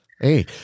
Hey